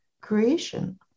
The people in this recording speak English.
creation